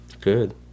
Good